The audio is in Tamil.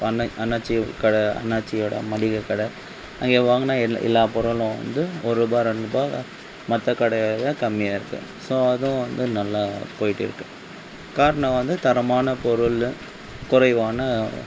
இப்போ அண்ணே அண்ணாச்சி கடை அண்ணாச்சியோடய மளிகை கடை அங்கே வாங்கின எல் எல்லா பொருளும் வந்து ஒருரூபா ரெண்டு ரூபா மற்ற கடையை விட கம்மியாகருக்கு ஸோ அதுவும் வந்து நல்லா போயிட்டுருக்குது காரணம் வந்து தரமான பொருள் குறைவான